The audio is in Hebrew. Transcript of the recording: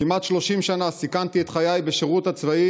כמעט 30 שנה סיכנתי את חיי בשירות הצבאי